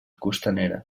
costanera